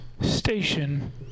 station